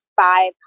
five